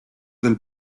del